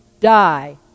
die